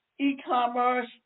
e-commerce